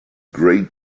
great